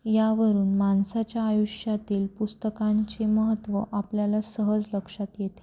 यावरून माणसाच्या आयुष्यातील पुस्तकांचे महत्त्व आपल्याला सहज लक्षात येते